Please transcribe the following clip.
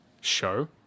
show